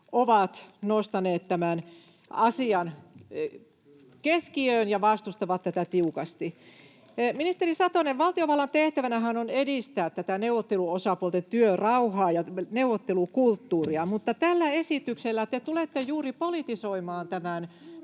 ovat nostaneet tämän asian keskiöön ja vastustavat tätä tiukasti. [Keskeltä: Kyllä!] Ministeri Satonen, valtiovallan tehtävänähän on edistää neuvotteluosapuolten työrauhaa ja neuvottelukulttuuria, mutta tällä esityksellä te tulette juuri politisoimaan